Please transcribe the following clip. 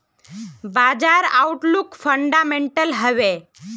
बाजार outlook fundamental हैवै?